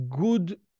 good